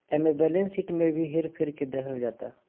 एमे balance sheet में भी हेर फेर क देहल जाता